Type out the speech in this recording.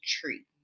tree